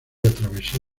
atravesó